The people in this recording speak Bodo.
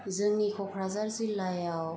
जोंनि कक्राझार जिल्लायाव